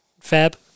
fab